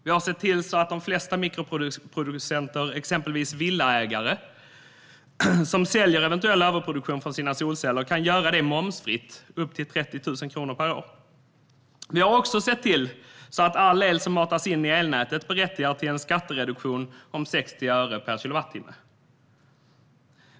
Vi har sett till att de flesta mikroproducenter, exempelvis villaägare, som säljer eventuell överproduktion från sina solceller kan göra detta momsfritt upp till 30 000 kronor per år. Vi har också sett till att all el som matas in i elnätet berättigar till en skattereduktion om 60 öre per kilowattimme.